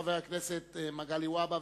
חבר הכנסת מגלי והבה,